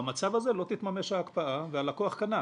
במצב הזה תתממש ההקפאה והלקוח קנה.